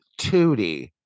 Tootie